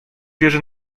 wierzę